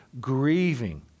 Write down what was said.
Grieving